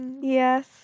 Yes